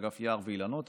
אגף יער ואילנות,